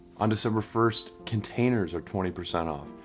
on december first, containers are twenty percent off.